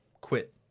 quit